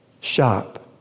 shop